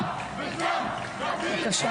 (צופים בסרטון) בבקשה.